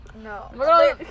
No